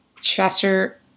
Chester